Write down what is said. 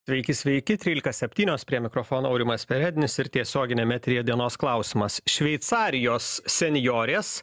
sveiki sveiki trylika septynios prie mikrofono aurimas perednis ir tiesioginiam etery dienos klausimas šveicarijos senjorės